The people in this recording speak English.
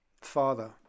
father